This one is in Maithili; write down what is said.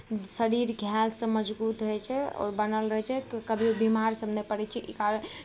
शरीर देह हेल्थसभ मजबूत होइ छै आओर बनल रहै छै कभी बिमारसभ नहि पड़ै छै ई कारण